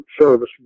service